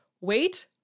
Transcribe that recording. Wait